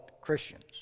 Christians